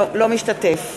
אינו משתתף